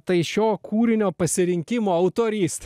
tai šio kūrinio pasirinkimo autorystė